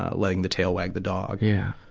ah letting the tail wag the dog. yeah.